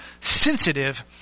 sensitive